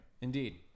Indeed